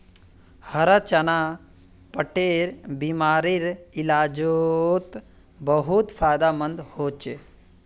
हरा चना पेटेर बिमारीर इलाजोत बहुत फायदामंद होचे